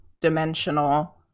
dimensional